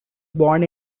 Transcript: born